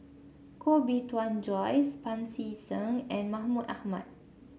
Koh Bee Tuan Joyce Pancy Seng and Mahmud Ahmad